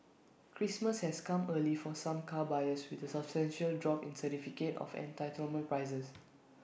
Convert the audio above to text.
Christmas has come early for some car buyers with A substantial drop in certificate of entitlement prices